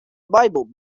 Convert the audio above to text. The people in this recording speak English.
bible